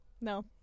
No